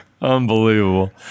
Unbelievable